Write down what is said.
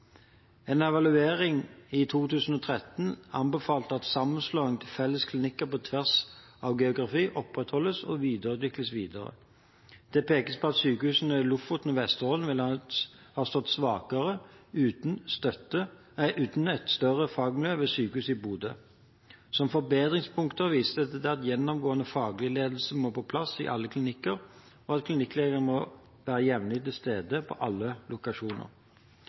En evaluering i 2013 anbefaler at sammenslåingen til felles klinikker på tvers av geografi opprettholdes og utvikles videre. Det pekes på at sykehusene i Lofoten og Vesterålen ville ha stått svakere uten et større fagmiljø ved sykehuset i Bodø. Som forbedringspunkter vises det til at gjennomgående, faglig ledelse må på plass i alle klinikker, og at klinikklederne må være jevnlig til stede på alle lokasjoner.